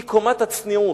היא קומת הצניעות.